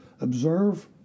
observe